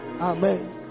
Amen